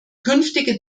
künftige